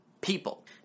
people